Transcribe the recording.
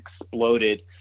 exploded